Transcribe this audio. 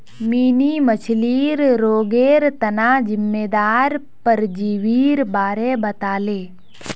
mini मछ्लीर रोगेर तना जिम्मेदार परजीवीर बारे बताले